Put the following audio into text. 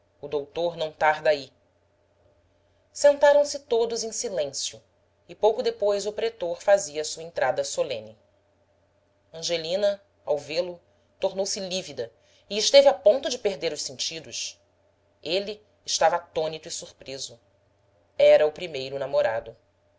o doutor não tarda aí sentaram-se todos em silêncio e pouco depois o pretor fazia a sua entrada solene angelina ao vê-lo tornou-se lívida e esteve a ponto de perder os sentidos ele estava atônito e surpreso era o primeiro namorado